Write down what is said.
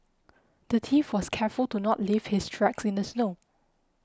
the thief was careful to not leave his tracks in the snow